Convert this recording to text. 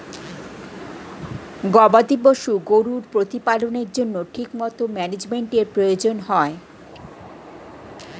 গবাদি পশু গরুর প্রতিপালনের জন্য ঠিকমতো ম্যানেজমেন্টের প্রয়োজন হয়